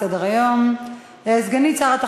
ההצעה לסדר-היום תועבר לדיון בוועדת הכלכלה.